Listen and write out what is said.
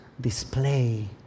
display